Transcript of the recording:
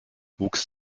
wuchs